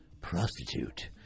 prostitute